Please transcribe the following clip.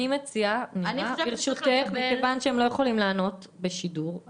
הם לא יכולים לענות בשידור,